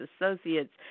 associates